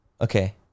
Okay